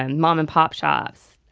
and mom-and-pop shops,